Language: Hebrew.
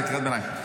זו קריאת ביניים.